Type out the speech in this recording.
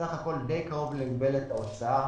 בסך הכול די קרוב למגבלת ההוצאה.